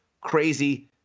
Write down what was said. crazy